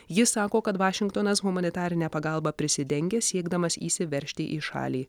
jis sako kad vašingtonas humanitarine pagalba prisidengia siekdamas įsiveržti į šalį